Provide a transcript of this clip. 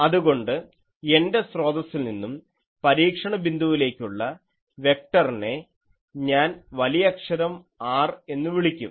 അതുകൊണ്ട് എൻറെ സ്രോതസ്സിൽ നിന്നും പരീക്ഷണ ബിന്ദുവിലേക്കുള്ള വെക്ടർനെ ഞാൻ വലിയ അക്ഷരം R എന്നുവിളിക്കും